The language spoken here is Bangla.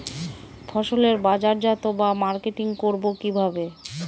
ফসলের বাজারজাত বা মার্কেটিং করব কিভাবে?